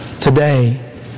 Today